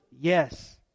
Yes